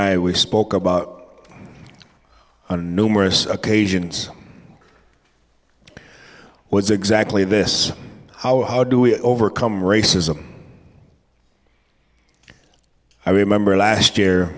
i we spoke about on numerous occasions was exactly this hour how do we overcome racism i remember last year